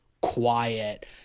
quiet